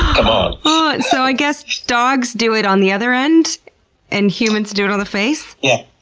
come on. but so i guess dogs do it on the other end and humans do it on the face. yes,